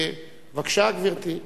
בבקשה, גברתי.